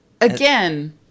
Again